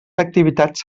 activitats